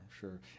sure